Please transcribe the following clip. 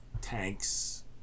tanks